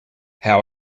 how